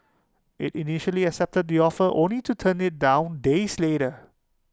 IT initially accepted the offer only to turn IT down days later